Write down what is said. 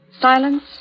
silence